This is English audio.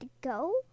go